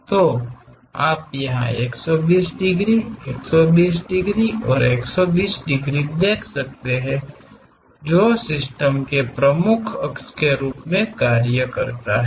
तो आप यहां 120 डिग्री 120 डिग्री और 120 डिग्री देख सकते हैं जो सिस्टम के प्रमुख अक्ष के रूप में कार्य करता है